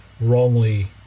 wrongly